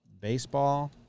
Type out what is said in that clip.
baseball